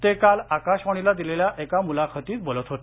ते काल आकाशवाणीला दिलेल्या एका मुलाखतीत बोलत होते